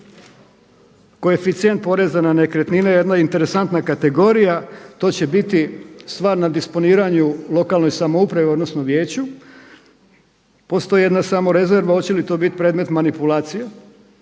Koeficijent na nekretnine je jedna interesantna kategorija. To će biti stvar na disponiranju lokalnoj samoupravi odnosno vijeću. Postoji jedna samo rezerva hoće li to biti predmet manipulacije